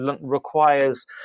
requires